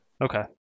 Okay